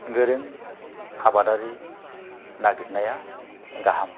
गोरों आबादारि नागिरनाया गाहाम